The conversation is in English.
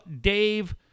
Dave